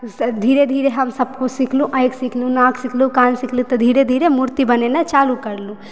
ठीक छै धीरे धीरे हम सब खुद सिखलहुॅं आँखि सीखलहुॅं नाक सीखलहुॅं कान सीखलहुॅं धीरे धीरे मूर्ति बनेनाइ चालू करलहुॅं